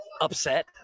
upset